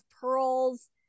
pearls